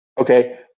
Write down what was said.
okay